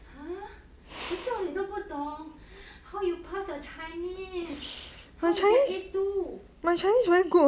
!huh! 执照你都不懂 how you pass your chinese how you pass your chinese how you get A two